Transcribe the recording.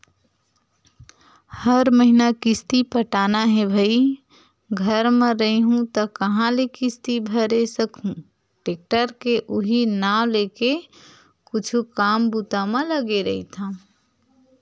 हर महिना किस्ती पटाना हे भई घर म रइहूँ त काँहा ले किस्ती भरे सकहूं टेक्टर के उहीं नांव लेके कुछु काम बूता म लगे रहिथव